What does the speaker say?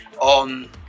on